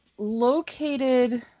Located